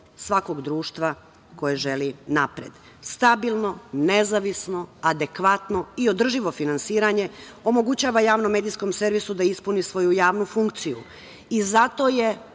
svakog društva koji želi napred. Stabilno, nezavisno, adekvatno i održivo finansiranje omogućava javnom medijskom servisu da ispuni svoju javnu funkciju i zato je,